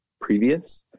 previous